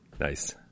Nice